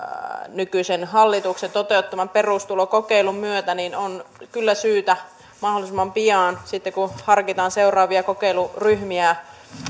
nykyisen hallituksen toteuttaman perustulokokeilun myötä on kyllä syytä mahdollisimman pian sitten kun harkitaan seuraavia kokeiluryhmiä